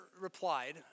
replied